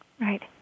Right